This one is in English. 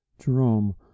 jerome